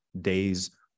days